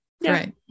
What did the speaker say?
right